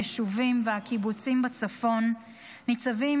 היישובים והקיבוצים בצפון ניצבים